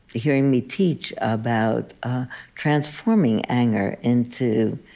hearing me teach about transforming anger into